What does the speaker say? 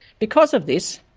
because of this,